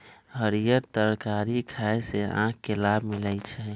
हरीयर तरकारी खाय से आँख के लाभ मिलइ छै